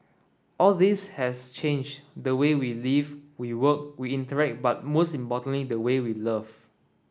all this has changed the way we live we work we interact but most importantly the way we love